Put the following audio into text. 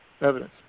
evidence